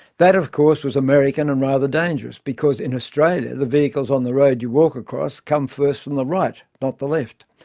that of course was american and rather dangerous, because in australia the vehicles on the road you walk across come first from the right, not the left.